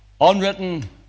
Unwritten